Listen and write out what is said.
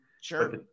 Sure